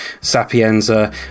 Sapienza